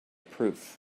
proof